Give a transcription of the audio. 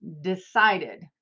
decided